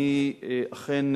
אני אכן,